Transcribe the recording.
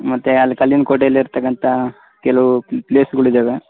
ಮತ್ತೆ ಅಲ್ಲಿ ಕಲ್ಲಿನ ಕೋಟೆಲಿರ್ತಕಂಥ ಕೆಲವು ಪ್ಲೇಸ್ಗಳಿದವೆ